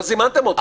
לא זימנתם אותו.